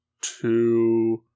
two